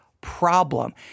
problem